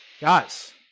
guys